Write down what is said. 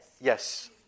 Yes